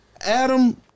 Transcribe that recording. Adam